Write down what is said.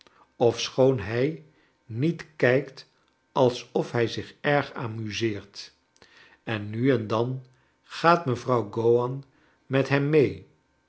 ofschoon hij niet kijkt alsof hij zich erg amuseert en nu en dan gaat mevrouw gowan met hem mee